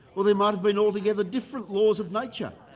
or there might have been altogether different laws of nature,